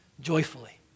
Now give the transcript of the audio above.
joyfully